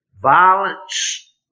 violence